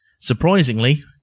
Surprisingly